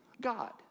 God